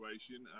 situation